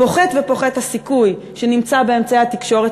פוחת ופוחת הסיכוי שנמצא באמצעי התקשורת